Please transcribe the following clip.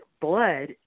blood